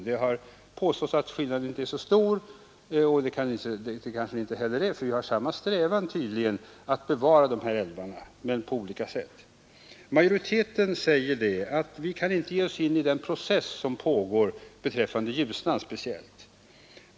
Det har påståtts att skillnaden inte är så stor, och det är den kanske inte heller, för vi har tydligen samma strävan att bevara dessa älvar — men på olika sätt. Majoriteten säger, att vi inte kan ge oss in i den process, som pågår beträffande Ljusnan speciellt.